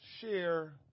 share